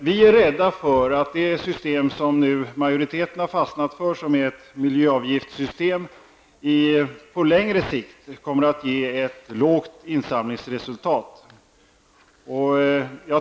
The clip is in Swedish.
Vi är rädda för att det system som majoriteten nu fastnat för, som är ett miljöavgiftssystem, kommer att ge ett lågt insamlingsresultat på längre sikt.